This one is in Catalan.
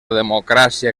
democràcia